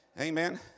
amen